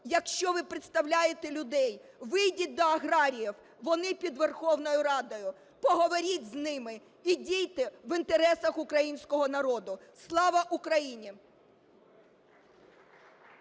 якщо ви представляєте людей, вийдіть до аграріїв, вони під Верховною Радою, поговоріть з ними і дійте в інтересах українського народу. Слава Україні!